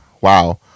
wow